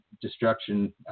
destruction